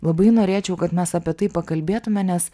labai norėčiau kad mes apie tai pakalbėtume nes